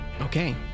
Okay